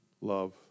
love